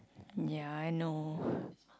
ya I know